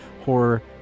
horror